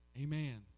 Amen